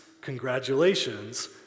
congratulations